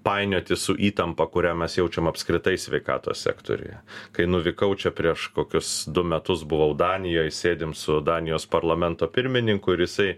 painioti su įtampa kurią mes jaučiam apskritai sveikatos sektoriuje kai nuvykau čia prieš kokius du metus buvau danijoj sėdim su danijos parlamento pirmininku ir jisai